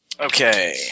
Okay